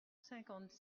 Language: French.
cinquante